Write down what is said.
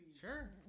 Sure